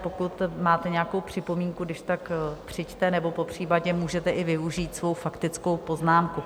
Pokud máte nějakou připomínku, když tak přijďte, nebo popřípadě můžete i využít svou faktickou poznámku.